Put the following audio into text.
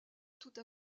toute